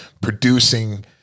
producing